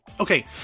Okay